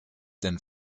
den